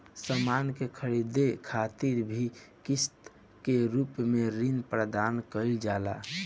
सामान के ख़रीदे खातिर भी किस्त के रूप में ऋण प्रदान कईल जाता